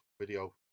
video